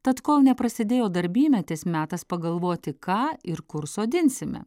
tad kol neprasidėjo darbymetis metas pagalvoti ką ir kur sodinsime